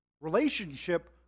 Relationship